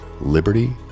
liberty